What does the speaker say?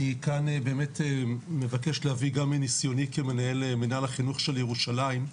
אני כאן באמת מבקש להביא גם מניסיוני כמנהל מינהל החינוך של ירושלים,